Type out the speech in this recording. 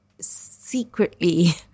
secretly